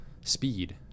speed